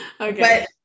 okay